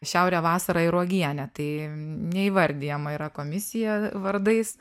šiaurė vasara ir uogienė tai neįvardijama yra komisija vardais